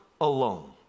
alone